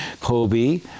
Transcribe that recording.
Kobe